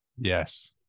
yes